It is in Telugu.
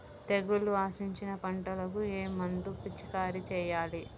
తెగుళ్లు ఆశించిన పంటలకు ఏ మందు పిచికారీ చేయాలి?